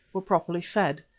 were properly fed.